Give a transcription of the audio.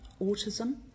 autism